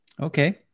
Okay